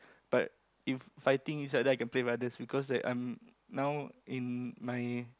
but if fighting right I can play with others because right I now in my